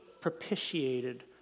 propitiated